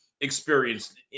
experienced